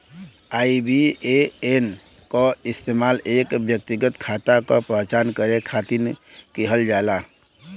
IBAN क इस्तेमाल एक व्यक्तिगत खाता क पहचान करे खातिर किहल जाला